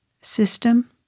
system